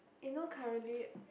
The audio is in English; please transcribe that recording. eh no currently